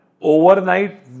overnight